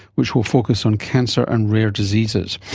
which will focus on cancer and rare diseases.